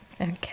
Okay